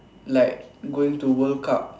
like going to world cup